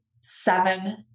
seven